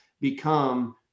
become